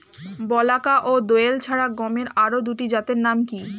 বলাকা ও দোয়েল ছাড়া গমের আরো দুটি জাতের নাম কি?